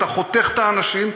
אתה חותך את האנשים,